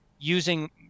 using